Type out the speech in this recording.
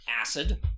acid